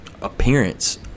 appearance